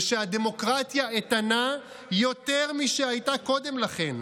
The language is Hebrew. ושהדמוקרטיה איתנה יותר משהייתה קודם לכן,